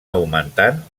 augmentant